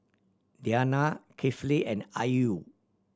Diyana Kifli and Ayu